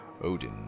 Odin